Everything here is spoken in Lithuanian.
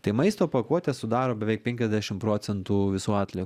tai maisto pakuotės sudaro beveik penkiasdešim procentų visų atlie